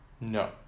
No